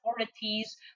authorities